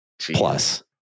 plus